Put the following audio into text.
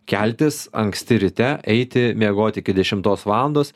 keltis anksti ryte eiti miegoti iki dešimtos valandos